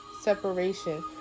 Separation